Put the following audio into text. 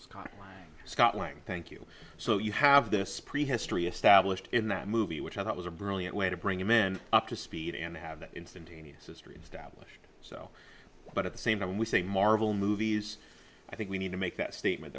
frame and scott lang thank you so you have this pre history established in that movie which i thought was a brilliant way to bring him in up to speed and have that instantaneous history as doubtless so but at the same time we say marvel movies i think we need to make that statement